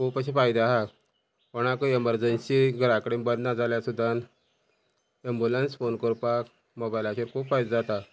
खूब अशें फायदे आहा कोणाकय एमरजंसी घरा कडेन बरें ना जाल्यार सुद्दां एम्बुलंस फोन करपाक मोबायलाचेर खूब फायदो जाता